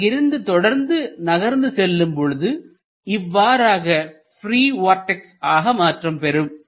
அங்கிருந்து தொடர்ந்து நகர்ந்து செல்லும்பொழுது இவ்வாறாக ப்ரீ வார்டெக்ஸ் ஆக மாற்றம் பெறும்